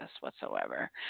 whatsoever